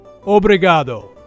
obrigado